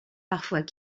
parfois